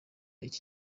iki